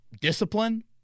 discipline